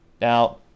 Now